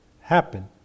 happen